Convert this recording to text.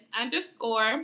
underscore